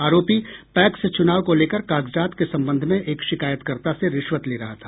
आरोपी पैक्स चुनाव को लेकर कागजात के संबंध में एक शिकायतकर्ता से रिश्वत ले रहा था